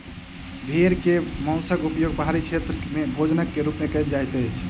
भेड़ के मौंसक उपयोग पहाड़ी क्षेत्र में भोजनक रूप में कयल जाइत अछि